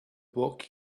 book